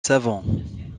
savon